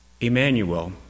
Emmanuel